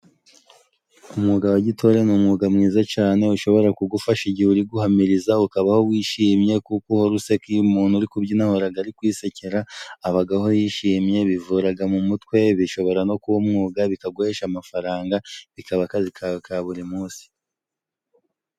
Umwuga wa gitore ni umwuga mwiza cane, ushobora kugufasha igihe uri guhamiriza, ukabaho wishimye kuko uhora useka, iyo umuntu ari kubyina ahoraga ari kwisekera, abagaho yishimye, bivuraga mu mutwe, bishobora no kuba umwuga bikaguhesha amafaranga, bikaba akazi kawe ka buri munsi.